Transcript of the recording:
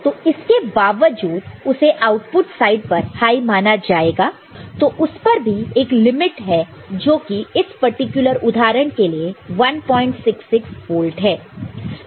तो इसके बावजूद उसे आउटपुट साइड पर हाई माना जाएगा तो उस पर भी एक लिमिट है जो कि इस पार्टिकुलर उदाहरण के लिए 166 वोल्ट है